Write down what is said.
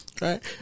Right